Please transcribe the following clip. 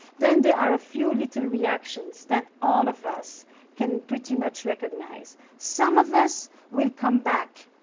then there are a few little reactions that all of us can pretty much recognize. some of us will come back,